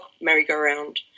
merry-go-round